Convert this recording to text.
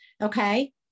Okay